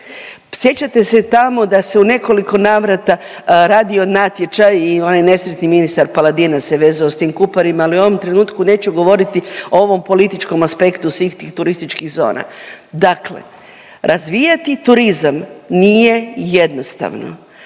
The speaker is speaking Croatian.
Sjećate se tamo da se u nekoliko navrata radio natječaj i onaj nesretni ministar Paladina se vezao sa tim Kuparima, ali u ovom trenutku neću govoriti o ovom političkom aspektu svih tih turističkih zona. Dakle, razvijati turizam nije jednostavno.